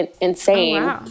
insane